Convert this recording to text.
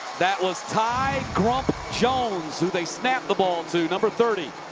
that was ty grump jones who they snap the ball to, number thirty.